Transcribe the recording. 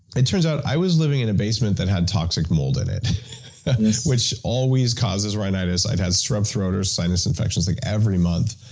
it turns out i was living in a basement that had toxic mold in it yes which always causes rhinitis. i've had strep throat or sinus infections like every month.